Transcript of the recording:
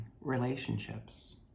relationships